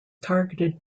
targeted